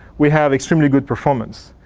we have extremely good performance.